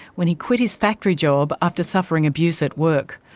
when he quit his factory job after suffering abuse at work.